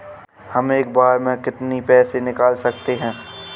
हम एक बार में कितनी पैसे निकाल सकते हैं?